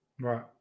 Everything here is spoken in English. right